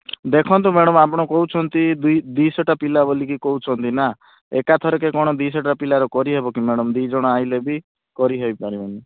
ଦେଖନ୍ତୁ ମ୍ୟାଡମ୍ ଆପଣ କହୁଛନ୍ତି ଦୁଇଶହଟା ପିଲା ବୋଲିକି କହୁଛନ୍ତି ନା ଏକାଥରକେ କ'ଣ ଦୁଇଶହଟା ପିଲାର କରିହେବ କି ମ୍ୟାଡ଼ମ୍ ଦୁଇଜଣ ଆସିଲେ ବି କରି ହେଇପାରିବନି